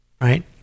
right